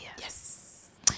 Yes